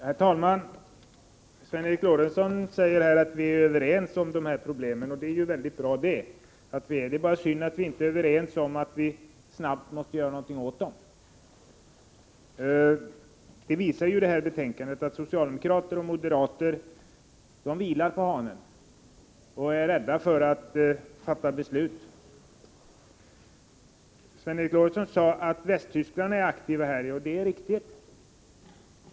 Herr talman! Sven Eric Lorentzon säger att vi är överens när det gäller de här problemen, och det är ju i så fall mycket bra. Det är bara synd att vi inte är överens om att vi snabbt måste göra något åt dem. Betänkandet visar att socialdemokrater och moderater vilar på hanen och är rädda för att fatta beslut. Sven Eric Lorentzon sade att västtyskarna är aktiva i den här frågan, och det är riktigt.